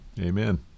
Amen